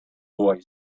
boy